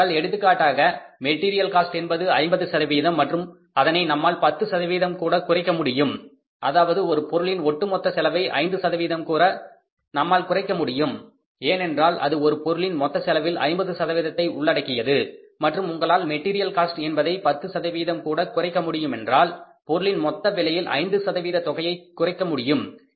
ஏனென்றால் எடுத்துக்காட்டாக material cost என்பது 50 மற்றும் அதனை நம்மால் 10 கூட குறைக்கமுடியும் அதாவது ஒரு பொருளின் ஒட்டு மொத்த செலவை 5 கூட நம்மால் குறைக்க முடியும் ஏனென்றால் அது ஒரு பொருளின் மொத்த செலவில் 50 சதவீதத்தை உள்ளடக்கியது மற்றும் உங்களால் மெட்டீரியல் காஸ்ட் என்பதை 10 கூட குறைக்க முடியும் என்றால் பொருளின் மொத்த விலையில் 5 சதவீத தொகையை குறைக்கமுடியும்